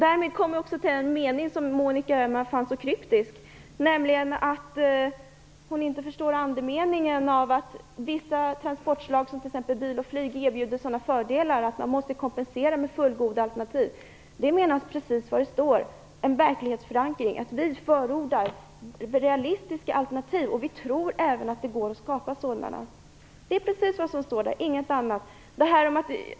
Därmed kommer jag till den mening som Monica Öhman fann så kryptisk och som hon inte förstod andemeningen av, nämligen att vissa transportslag, t.ex. bil och flyg, erbjuder sådana fördelar att man måste kunna kompensera med fullgoda alternativ. Med det menas precis det som står, en verklighetsförankring. Vi förordar realistiska alternativ. Vi tror även att det går att skapa sådana. Det är precis vad som står där, ingenting annat.